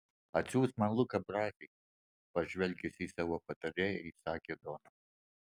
atsiųsk man luką brazį pažvelgęs į savo patarėją įsakė donas